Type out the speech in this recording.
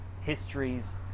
histories